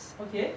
okay